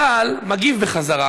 צה"ל מגיב בחזרה,